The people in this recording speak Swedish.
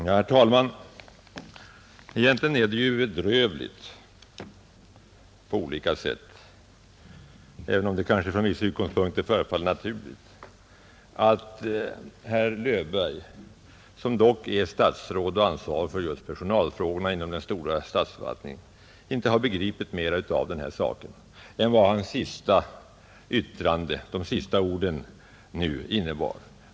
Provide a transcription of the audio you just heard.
Herr talman! Egentligen är det bedrövligt på olika sätt — även om det från vissa utgångspunkter sett kanske förefaller naturligt — att herr Löfberg, som dock är statsråd och ansvarig för personalfrågorna inom den stora statsförvaltningen, inte har begripit mera av den här saken än vad de sista orden i hans yttrande visar.